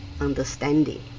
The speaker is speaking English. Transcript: understanding